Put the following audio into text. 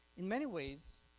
in many ways